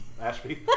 Ashby